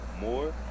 more